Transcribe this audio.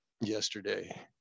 yesterday